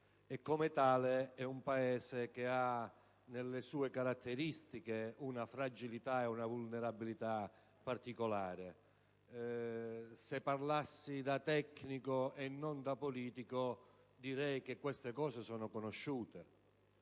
e, come tale, è un Paese che ha nelle sue caratteristiche una fragilità e una vulnerabilità particolari. Se parlassi da tecnico e non da politico, direi che queste cose sono conosciute.